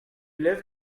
left